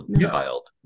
child